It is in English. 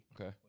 Okay